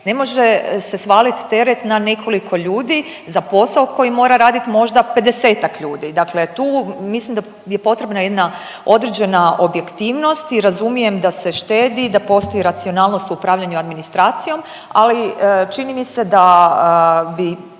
Ne može se svalit teret na nekoliko ljudi za posao koji mora radit možda 50-tak ljudi, dakle tu mislim da je potrebna jedna određena objektivnost i razumijem da se štedi i da postoji racionalnost u upravljanju administracijom, ali čini mi se da bi